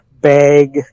bag